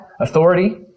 authority